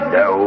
no